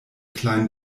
kleinen